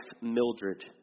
Mildred